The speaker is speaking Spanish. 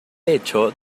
hecho